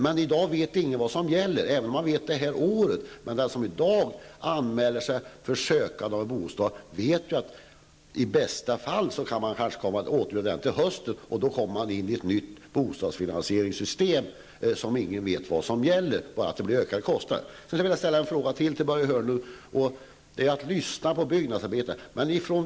Men i dag vet ingen vad som gäller, annat än för det närmaste året. Den som i dag anmäler sig som sökande av bostad vet att man i bästa fall kan få ett erbjudande till hösten. Då blir det fråga om ett nytt bostadsfinansieringssystem och ingen vet vad som gäller. Man vet bara att kostnaderna kommer att öka. Hörnlund. Det gäller att lyssna på byggnadsarbetarna.